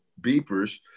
beepers